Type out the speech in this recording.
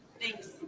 Thanks